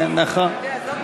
כן, נכון.